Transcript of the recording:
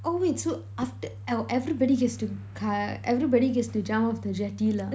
oh wait so after~ L~ everybody gets to kayak everybody gets to jump off the jetty lah